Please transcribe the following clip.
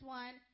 one